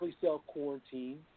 self-quarantine